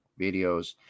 videos